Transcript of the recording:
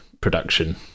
production